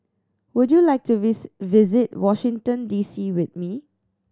would you like to visit Washington D C with me